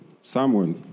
Samuel